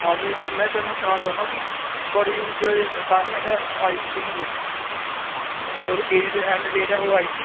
हां में में थुहानूं सनाना चाह्न्नां कि थुआढ़ी जे असाइनमैंट ऐ आई दी गै निं है ते ओह्दी डेट ऐंड्ड डेट ऐ ओह् आई दी